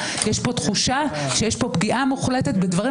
יש פה תחושה שיש פה פגיעה מוחלטת בדברים